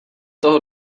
toho